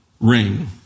ring